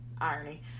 irony